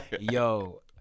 yo